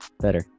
Better